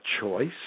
choice